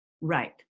right